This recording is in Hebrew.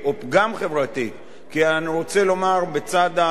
כי אני רוצה לומר, בצד ההלקאה העצמית,